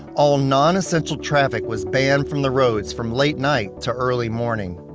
all non-essential traffic was banned from the roads from late night to early morning.